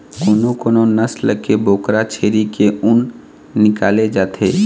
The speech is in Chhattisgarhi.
कोनो कोनो नसल के बोकरा छेरी के ऊन निकाले जाथे